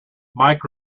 mike